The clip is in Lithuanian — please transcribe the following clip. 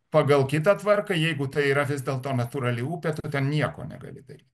pagal kitą tvarką jeigu tai yra vis dėlto natūrali upė tu ten nieko negali dary